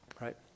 right